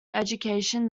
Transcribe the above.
education